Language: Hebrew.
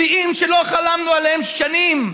שיאים שלא חלמנו עליהם שנים.